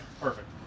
perfect